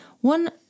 One